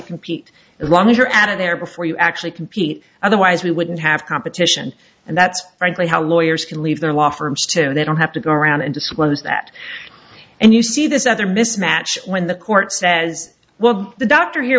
compete as long as you're adding there before you actually compete otherwise we wouldn't have competition and that's frankly how lawyers can leave their law firms to they don't have to go around and disclose that and you see this other mismatch when the court says well the doctor here